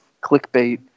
clickbait